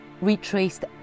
retraced